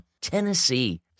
Tennessee